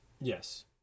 Yes